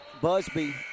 Busby